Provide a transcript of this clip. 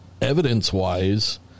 evidence-wise